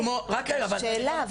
שאלה,